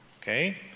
Okay